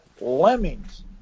lemmings